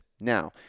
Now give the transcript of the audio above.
Now